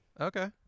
Okay